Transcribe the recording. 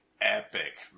epic